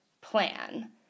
plan